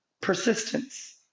persistence